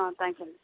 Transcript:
thank you అండి